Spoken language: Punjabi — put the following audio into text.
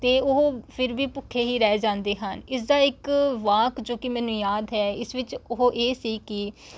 ਅਤੇ ਉਹ ਫਿਰ ਵੀ ਭੁੱਖੇ ਹੀ ਰਹਿ ਜਾਂਦੇ ਹਨ ਇਸ ਦਾ ਇੱਕ ਵਾਕ ਜੋ ਕਿ ਮੈਨੂੰ ਯਾਦ ਹੈ ਇਸ ਵਿੱਚ ਉਹ ਇਹ ਸੀ ਕਿ